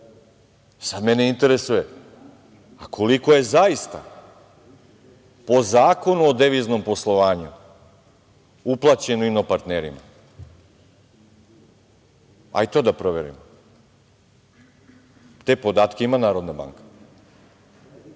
Sada mene interesuje - koliko je zaista po Zakonu o deviznom poslovanju uplaćeno inopartnerima? Hajde i to da proverimo. Te podatke ima Narodna banka.